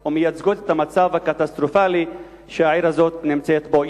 או מייצגות את המצב הקטסטרופלי שהעיר הזאת נמצאת בו.